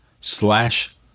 slash